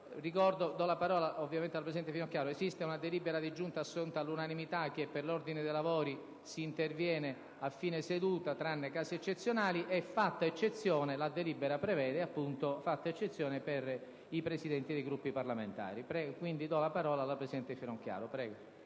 ricordo che esiste una delibera di Giunta, assunta all'unanimità, che prevede che sull'ordine dei lavori si intervenga a fine seduta, tranne casi eccezionali e fatta eccezione per i Presidenti dei Gruppi parlamentari.